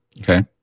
Okay